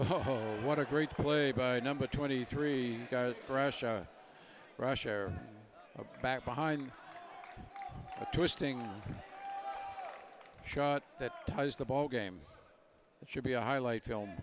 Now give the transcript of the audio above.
oh what a great play by number twenty three russia russia back behind a twisting shot that ties the ball game that should be a highlight film